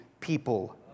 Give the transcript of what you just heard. people